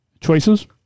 Choices